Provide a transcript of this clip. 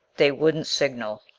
they wouldn't signal,